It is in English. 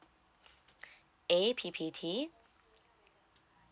A_P_P_T